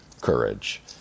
courage